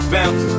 Bounce